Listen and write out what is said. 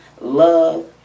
love